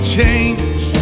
change